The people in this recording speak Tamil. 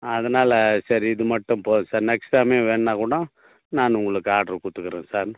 அதனால் சரி இது மட்டும் போதும் சார் நெக்ஸ்ட் டைமே வேண்ணால் கூட நானு உங்களுக்கு ஆட்ரு கொடுத்துக்குறேன் சார்